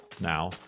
now